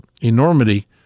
enormity